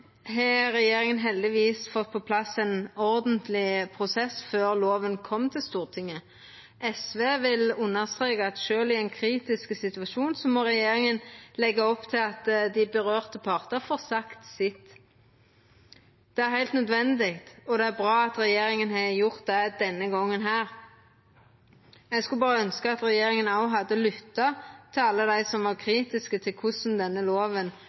har regjeringa heldigvis fått på plass ein ordentleg prosess før loven kom til Stortinget. SV vil understreka at sjølv i ein kritisk situasjon må regjeringa leggja opp til at dei involverte partane får sagt sitt. Det er heilt nødvendig, og det er bra at regjeringa har gjort det denne gongen. Eg skulle berre ønskt at regjeringa òg hadde lytta til alle dei som var kritiske til korleis ein har praktisert denne